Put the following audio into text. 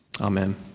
Amen